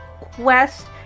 quest